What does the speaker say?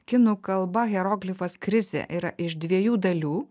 kinų kalba hieroglifas krizė yra iš dviejų dalių